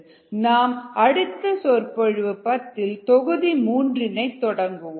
நாம் அடுத்த சொற்பொழிவு 10 இல் தொகுதி மூன்றினை தொடங்குவோம்